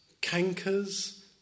cankers